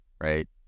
right